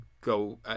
go